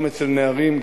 גם אצל נערים,